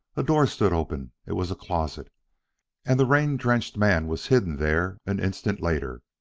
a door stood open it was a closet and the rain-drenched man was hidden there an instant later.